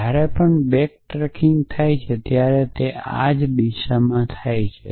જ્યારે પણ backward tracking થાય છે ત્યારે તે આ જ દિશામાં થાય છે